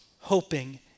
hoping